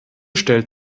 stellt